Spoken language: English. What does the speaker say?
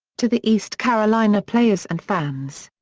to the east carolina players and fans.